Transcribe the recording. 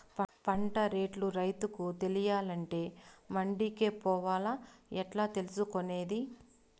పంట రేట్లు రైతుకు తెలియాలంటే మండి కే పోవాలా? ఎట్లా తెలుసుకొనేది?